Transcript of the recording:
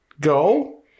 Go